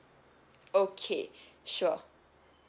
okay sure